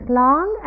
long